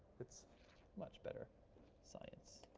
it's much better science.